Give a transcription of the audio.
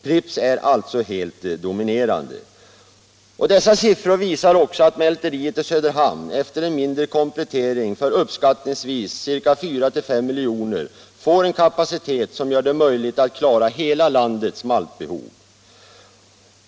Pripps är alltså helt dominerande. Dessa siffror visar också att mälteriet i Söderhamn efter en mindre komplettering för uppskattningsvis 4-5 milj.kr. får en kapacitet som gör det möjligt att klara hela landets maltbehov där.